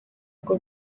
bwo